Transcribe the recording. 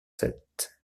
sept